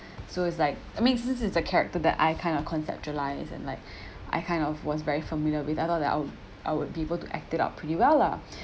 so it's like I mean this is the character that I kind of conceptualised and like I kind of was very familiar with I though that I would be able to act it out pretty well lah